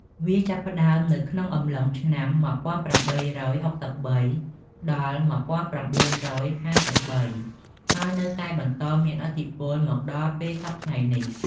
វាចាប់ផ្ដើមនៅក្នុងអំឡុងឆ្នាំ ១៨៦៣ ដល់ ១៩៥៣ ហើយនៅតែបន្តមានឥទ្ធិពលមកដល់ពេលសព្វថ្ងៃនេះ។